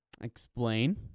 Explain